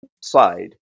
side